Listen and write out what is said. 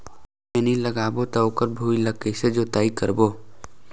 खैनी लगाबो ता ओकर भुईं ला कइसे जोताई करबो?